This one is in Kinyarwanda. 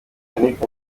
yannick